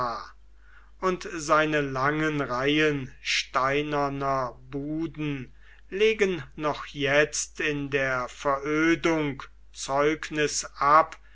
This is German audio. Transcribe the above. und seine langen reihen steinerner buden legen noch jetzt in der verödung zeugnis ab